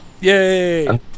Yay